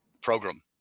Program